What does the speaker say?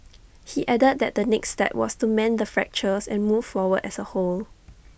he added that the next step was to mend the fractures and move forward as A whole